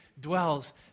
dwells